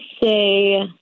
say